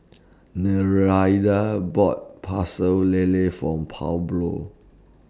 Nereida bought Pecel Lele form Pablo